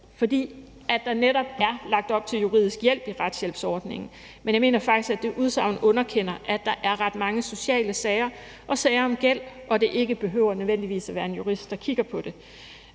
netop er lagt op til juridisk hjælp. Men jeg mener faktisk, at man med det udsagn underkender, at der er ret mange sociale sager og sager om gæld, og at det ikke nødvendigvis behøver at være en jurist, der kigger på det,